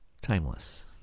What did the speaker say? Timeless